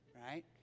right